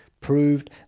proved